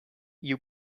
you